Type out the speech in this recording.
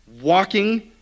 walking